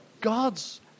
God's